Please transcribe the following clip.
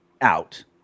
out